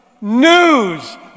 News